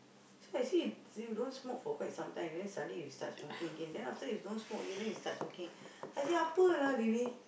that's why I say you don't smoke for quite some time then suddenly you start smoking again then after that you don't smoke again then you start smoking I say apa lah really